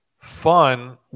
fun